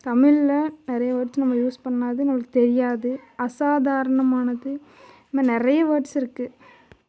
தமிழில் நிறைய வேர்ட்ஸ் நம்ம யூஸ் பண்ணாதது நம்மளுக்கு தெரியாதது அசாதாரணமானது இதுமாரி நிறைய வேர்ட்ஸ் இருக்குது